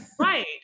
Right